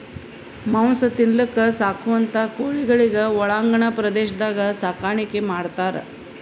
ಮಾಂಸ ತಿನಲಕ್ಕ್ ಸಾಕುವಂಥಾ ಕೋಳಿಗೊಳಿಗ್ ಒಳಾಂಗಣ ಪ್ರದೇಶದಾಗ್ ಸಾಕಾಣಿಕೆ ಮಾಡ್ತಾರ್